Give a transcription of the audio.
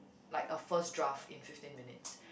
like a first draft in fifteen minutes